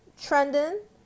trending